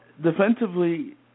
defensively